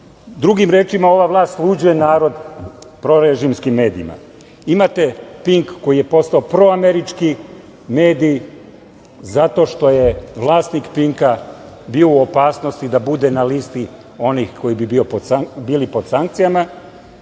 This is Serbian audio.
ulaže. Drugim rečima, ova vlast sluđuje narod prorežimskim medijima. Imate "Pink" koji je postao proamerički mediji zato što je vlasnik "Pinka" bio u opasnosti da budu na listi onih koji bili pod sankcijama,